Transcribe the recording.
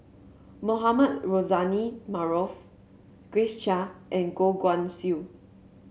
Mohamed Rozani Maarof Grace Chia and Goh Guan Siew